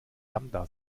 lambda